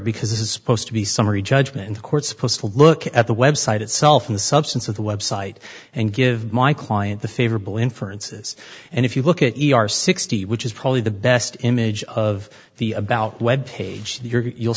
because this is supposed to be summary judgment court supposed to look at the website itself and the substance of the website and give my client the favorable inferences and if you look at the sixty which is probably the best image of the about web page you'